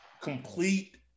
complete –